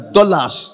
dollars